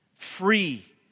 Free